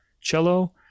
cello